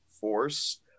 force